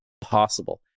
possible